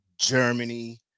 Germany